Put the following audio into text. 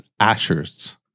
Ashers